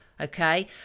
Okay